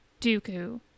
Dooku